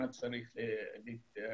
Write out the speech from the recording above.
למה צריך להתייחס.